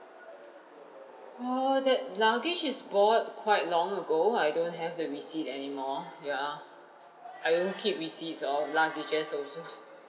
err that luggage is bought quite long ago I don't have the receipt anymore yeah I don't keep receipts of luggages also